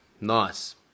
Nice